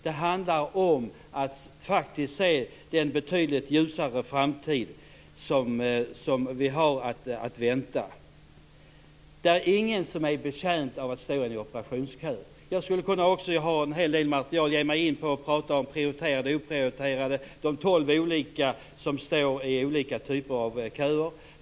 Det handlar om att se den betydligt ljusare framtid som vi faktiskt har att vänta. Ingen är betjänt av att stå i en operationskö. Jag skulle också - jag har en hel del material - kunna prata om vad som är prioriterat och oprioriterat och om dem som står i olika typer av köer.